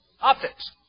optics